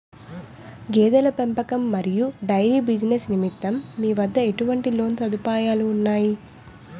గేదెల పెంపకం మరియు డైరీ బిజినెస్ నిమిత్తం మీ వద్ద ఎటువంటి లోన్ సదుపాయాలు ఉన్నాయి?